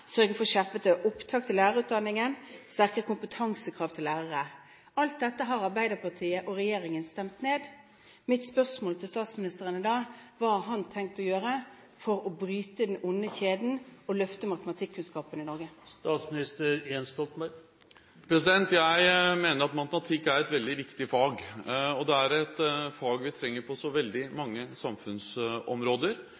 opptak til lærerutdanningen, sterkere kompetansekrav til lærere. Alt dette har Arbeiderpartiet og regjeringen stemt ned. Mitt spørsmål til statsministeren er da: Hva har han tenkt å gjøre for å bryte den onde kjeden og løfte matematikkunnskapene i Norge? Jeg mener at matematikk er et veldig viktig fag, og det er et fag vi trenger på veldig